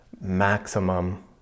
maximum